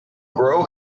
grow